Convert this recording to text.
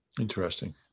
Interesting